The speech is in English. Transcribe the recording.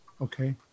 Okay